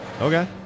Okay